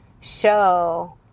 show